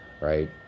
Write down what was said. right